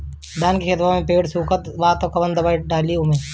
धान के खेतवा मे पेड़ सुखत बा कवन दवाई डाली ओमे?